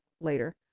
later